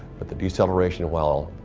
but the deceleration, well,